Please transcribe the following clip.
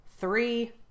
Three